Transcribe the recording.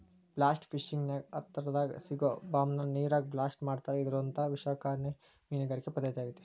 blast fishing ನ್ಯಾಗ ಹತ್ತರದಾಗ ಸಿಗೋ ಬಾಂಬ್ ನ ನೇರಾಗ ಬ್ಲಾಸ್ಟ್ ಮಾಡ್ತಾರಾ ಇದೊಂತರ ವಿನಾಶಕಾರಿ ಮೇನಗಾರಿಕೆ ಪದ್ದತಿಯಾಗೇತಿ